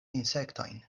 insektojn